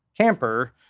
camper